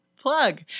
plug